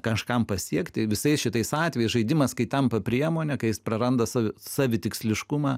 kažkam pasiekti visais šitais atvejais žaidimas kai tampa priemone kai jis praranda savitiksliškumą